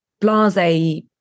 blase